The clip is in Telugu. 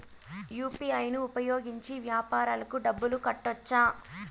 యు.పి.ఐ ను ఉపయోగించి వ్యాపారాలకు డబ్బులు కట్టొచ్చా?